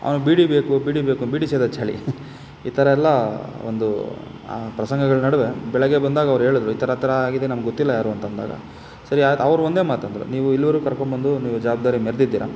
ಅವ್ನಿಗ್ ಬೀಡಿ ಬೇಕು ಬೀಡಿ ಬೇಕು ಬೀಡಿ ಸೇದೋ ಚಾಳಿ ಈ ಥರ ಎಲ್ಲ ಒಂದು ಆ ಪ್ರಸಂಗಗಳ ನಡುವೆ ಬೆಳಿಗ್ಗೆ ಬಂದಾಗ ಅವ್ರು ಹೇಳುದ್ರು ಈ ಥರ ಈ ಥರ ಆಗಿದೆ ನಮ್ಗೆ ಗೊತ್ತಿಲ್ಲ ಯಾರು ಅಂತ ಅಂದಾಗ ಸರಿ ಆಯ್ತು ಅವ್ರು ಒಂದೇ ಮಾತು ಅಂದರು ನೀವು ಇಲ್ಲಿಯವರೆಗೂ ಕರ್ಕೊಂಡ್ಬಂದು ನೀವು ಜವಾಬ್ದಾರಿ ಮೆರೆದಿದ್ದೀರ